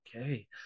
Okay